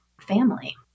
family